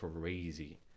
crazy